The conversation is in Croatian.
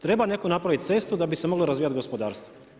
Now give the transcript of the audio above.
Treba netko napraviti cestu, da bi se moglo razvijati gospodarstvo.